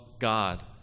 God